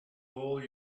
hold